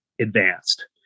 advanced